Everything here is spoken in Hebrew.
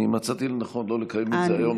אני מצאתי לנכון שלא לקיים את זה היום